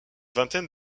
vingtaine